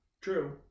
True